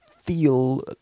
feel